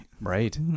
Right